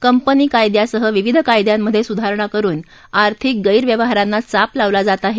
company कायद्यासह विविध कायद्यात सुधारणा करुन आर्थिक गैरव्यवहारांना चाप लावला जात आहे